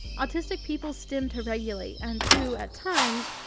autistic people stim to regulate and to, at times,